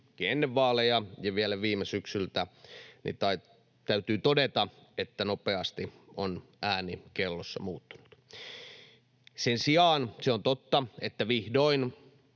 ennen vaaleja ja vielä viime syksyltä, niin täytyy todeta, että nopeasti on ääni kellossa muuttunut. Sen sijaan se on totta, että vihdoin